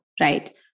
right